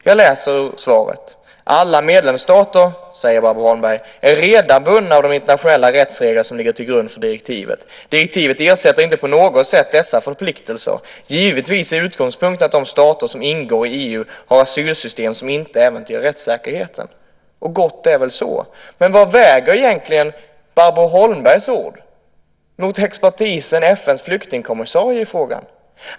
Jag läser ur svaret: Alla medlemsstater, säger Barbro Holmberg, är redan bundna av de internationella rättsregler som ligger till grund för direktivet. Direktivet ersätter inte på något sätt dessa förpliktelser. Givetvis är utgångspunkten att de stater som ingår i EU har asylsystem som inte äventyrar rättssäkerheten. Gott är väl det. Men vad väger Barbro Holmbergs ord mot expertisen FN:s flyktingkommissarie?